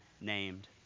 named